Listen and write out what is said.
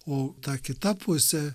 o ta kita pusė